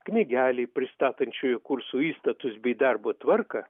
knygelėj pristatančioje kursų įstatus bei darbo tvarką